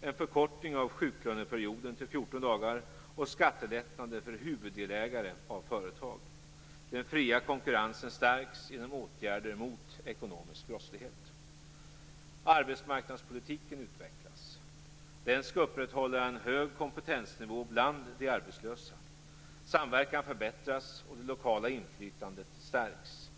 en förkortning av sjuklöneperioden till 14 dagar och skattelättnader för huvuddelägare av företag. Den fria konkurrensen stärks genom åtgärder mot ekonomisk brottslighet. Arbetsmarknadspolitiken utvecklas. Den skall upprätthålla en hög kompetensnivå bland de arbetslösa. Samverkan förbättras och det lokala inflytandet stärks.